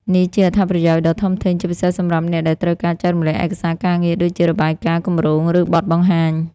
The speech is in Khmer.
នេះជា អត្ថប្រយោជន៍ដ៏ធំធេង ជាពិសេសសម្រាប់អ្នកដែលត្រូវការ ចែករំលែកឯកសារការងារ ដូចជារបាយការណ៍ គម្រោង ឬបទបង្ហាញ។